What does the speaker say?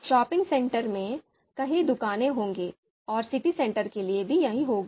shopping centre में कई दुकानें होंगी और सिटी सेंटर के लिए भी यही होगा